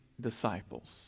disciples